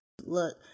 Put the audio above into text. Look